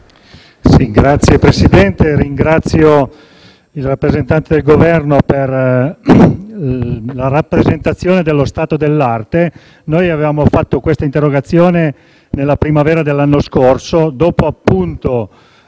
Signor Presidente, ringrazio il rappresentante del Governo per la rappresentazione dello stato dell'arte. Noi avevamo fatto questa interrogazione nella primavera dell'anno scorso, dopo che,